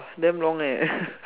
damn long eh